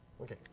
Okay